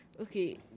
okay